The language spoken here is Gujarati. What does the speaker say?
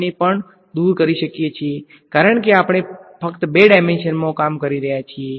તેથી આપણે આ 0 ને પણ દૂર કરી શકીએ છીએ કારણ કે આપણે ફક્ત બે ડાયમેંશનમાં કામ કરી રહ્યા છીએ